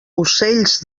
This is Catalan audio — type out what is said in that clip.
ocells